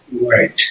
Right